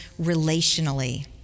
relationally